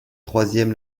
troisième